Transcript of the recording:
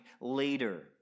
later